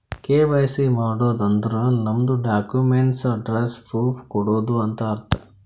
KYC ಮಾಡದ್ ಅಂದುರ್ ನಮ್ದು ಡಾಕ್ಯುಮೆಂಟ್ಸ್ ಅಡ್ರೆಸ್ಸ್ ಪ್ರೂಫ್ ಕೊಡದು ಅಂತ್ ಅರ್ಥ